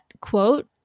quote